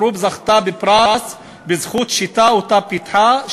אל-חרוב זכתה בפרס בזכות שיטה שפיתחה,